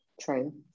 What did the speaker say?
True